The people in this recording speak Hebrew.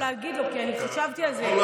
להגיד לו כי אני חשבתי על זה והתכוננתי.